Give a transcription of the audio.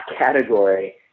category